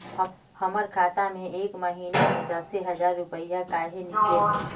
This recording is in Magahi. हमर खाता में एक महीना में दसे हजार रुपया काहे निकले है?